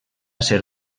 ser